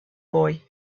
boy